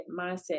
mindset